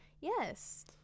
Yes